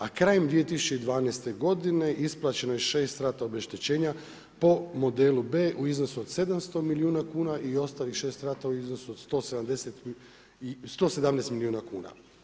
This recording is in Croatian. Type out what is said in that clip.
A krajem 2012. godine isplaćeno je 6 rata obeštećenja po modelu B u iznosu od 700 milijuna kuna i ostalih 6 rata u iznosu od 117 milijuna kuna.